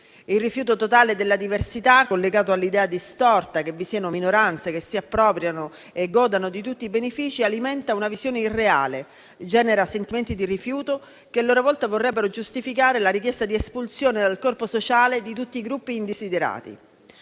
Il rifiuto totale della diversità, collegato all'idea distorta che vi siano minoranze che si appropriano e godano di tutti i benefici, alimenta una visione irreale, genera sentimenti di rifiuto, che a loro volta vorrebbero giustificare la richiesta di espulsione dal corpo sociale di tutti i Gruppi indesiderati.